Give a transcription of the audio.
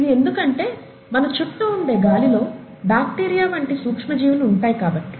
ఇది ఎందుకంటే మన చుట్టూ ఉండే గాలిలో బాక్టీరియా వంటి సూక్ష్మ జీవులు ఉంటాయి కాబట్టి